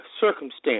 circumstance